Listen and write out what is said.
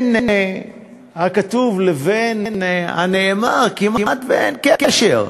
בין הכתוב לבין הנאמר כמעט שאין קשר.